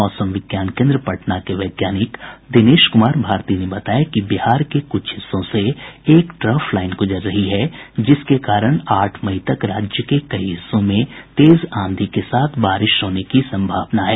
मौसम विज्ञान केन्द्र पटना के वैज्ञानिक दिनेश क्मार भारती ने बताया कि बिहार के क्छ हिस्सों से एक ट्रफ लाईन गुजर रही है जिसके कारण आठ मई तक राज्य के कई हिस्सों में तेज आंधी के साथ बारिश होने की संभावना है